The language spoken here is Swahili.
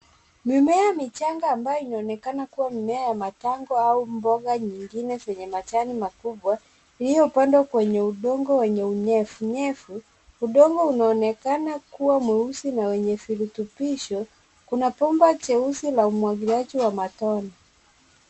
Mimea michanga ambayo inaoonekana kuwa mimea ya matango au mboga nyingine zenye majani makubwa, iliyopandwa kwenye udongo wenye unyevunyevu. Udongo unaonekana kuwa mweusi na wenye virutubisho. Kuna bomba jeusi la umwagiliaji wa matone.